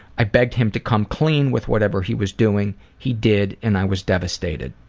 i begged him to come clean with whatever he was doing. he did and i was devastated.